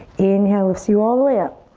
inhale lifts you all the way up.